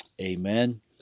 Amen